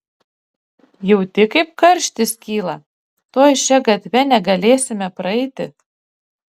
jauti kaip karštis kyla tuoj šia gatve negalėsime praeiti